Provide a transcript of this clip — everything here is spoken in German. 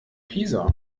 pisa